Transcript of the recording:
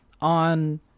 on